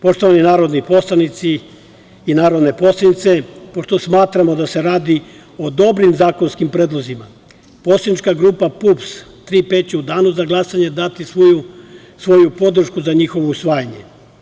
Poštovani narodni poslanici i narodne poslanice, pošto smatramo da se radi o dobrim zakonskim predlozima, Poslanička grupa PUPS „Tri P“ će u danu za glasanje dati svoju podršku za njihovo usvajanje.